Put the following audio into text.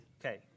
Okay